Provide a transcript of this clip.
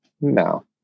No